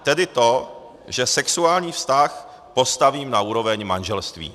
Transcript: Tedy to, že sexuální vztah postavím na úroveň manželství.